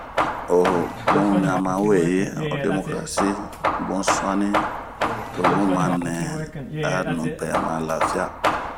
oh bun ɲama weyi ,oh demokarasi, bun suani, tobun manɛ,a nupɛ ma lafia.